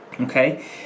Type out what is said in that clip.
Okay